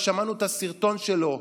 ושמענו את הסרטון שלו,